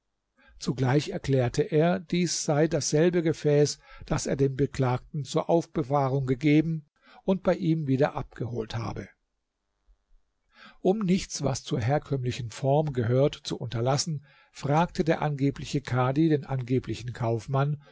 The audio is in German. zugleich erklärte er dies sei dasselbe gefäß das er dem beklagten zur aufbewahrung gegeben und bei ihm wieder abgeholt habe um nichts was zur herkömmlichen form gehört zu unterlassen fragte der angebliche kadhi den angeblichen kaufmann